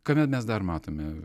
kame mes dar matome